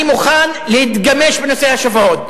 אני מוכן להתגמש בנושא השבועות,